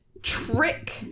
trick